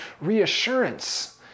reassurance